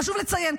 חשוב לציין,